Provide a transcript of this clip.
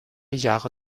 jahre